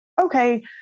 okay